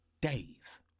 Dave